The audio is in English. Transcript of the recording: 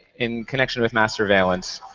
in connection with mass surveillance,